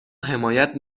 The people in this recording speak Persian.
حمایت